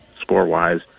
score-wise